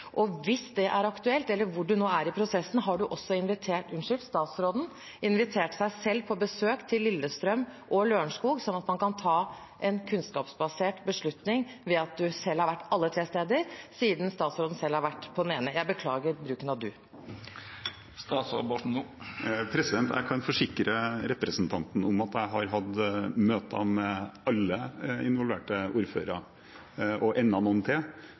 og hvis det er aktuelt – eller hvor statsråden nå er i prosessen – har han også invitert seg selv på besøk til Lillestrøm og Lørenskog, sånn at han kan ta en kunnskapsbasert beslutning ved at han selv har vært alle tre steder, siden statsråden selv har vært på det ene? Jeg kan forsikre representanten om at jeg har hatt møter med alle involverte ordførere og enda noen til,